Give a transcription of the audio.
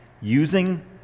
using